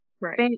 Right